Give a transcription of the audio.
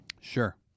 Sure